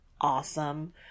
awesome